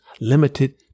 limited